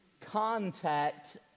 contact